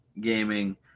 gaming